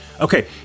Okay